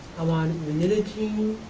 i'm on re-nin-a-tine,